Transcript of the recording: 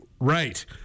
Right